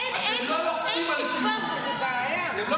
אין תקווה, זו בעיה --- אתה יודע מה הבעיה?